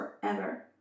forever